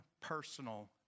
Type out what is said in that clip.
personal